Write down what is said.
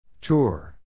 Tour